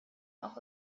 auch